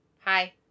Hi